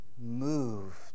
moved